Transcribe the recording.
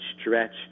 stretch